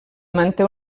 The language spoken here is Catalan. manté